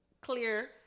clear